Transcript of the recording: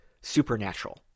Supernatural